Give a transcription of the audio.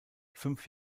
fünf